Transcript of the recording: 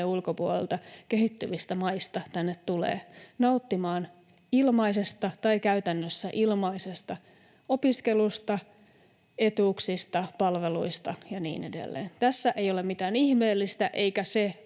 ulkopuolelta, kehittyvistä maista tänne tulee nauttimaan ilmaisesta, tai käytännössä ilmaisesta, opiskelusta, etuuksista, palveluista ja niin edelleen. Tässä ei ole mitään ihmeellistä, eikä se